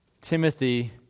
Timothy